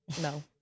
No